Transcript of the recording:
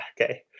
Okay